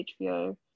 HBO